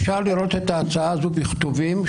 אפשר לראות את ההצעה הזו בכתובים?